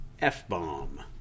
F-bomb